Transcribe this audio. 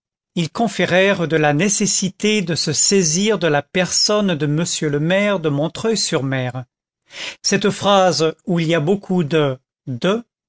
ils conférèrent de la nécessité de se saisir de la personne de m le maire de montreuil sur mer cette phrase où il y a beaucoup de